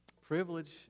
Privilege